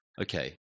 Okay